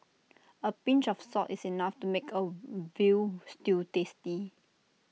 A pinch of salt is enough to make A Veal Stew tasty